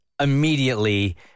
immediately